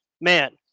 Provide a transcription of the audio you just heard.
man